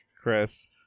Chris